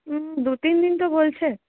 দু তিন দিন তো বলছে